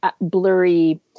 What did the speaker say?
blurry